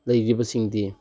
ꯂꯩꯔꯤꯕꯁꯤꯡꯗꯤ